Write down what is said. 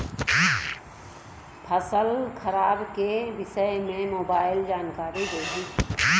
फसल खराब के विषय में मोबाइल जानकारी देही